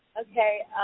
Okay